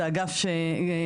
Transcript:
זה אגף שגדל,